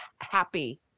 happy